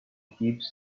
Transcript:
heaps